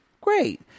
great